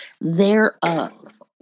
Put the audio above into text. thereof